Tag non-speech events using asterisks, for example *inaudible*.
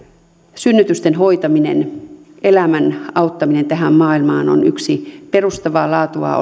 synnytysten hoitaminen elämän auttaminen tähän maailmaan on yksi perustavaa laatua *unintelligible*